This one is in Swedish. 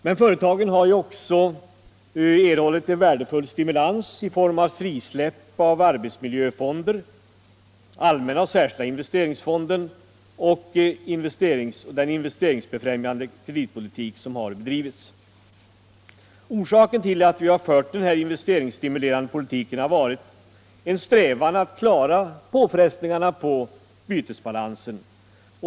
Men företagen har också erhållit värdefull stimulans i form av frisläppen av arbetsmiljöfonder, den allmänna och enskilda investeringsfonden och den investeringsbefrämjande kreditpolitik som har bedrivits. Orsaken till att vi har fört denna investeringsstimulerande politik har varit en strävan att klara påfrestningarna på bytesbalansen.